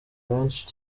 benshi